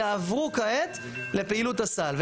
יעברו כעת לפעילות הסל,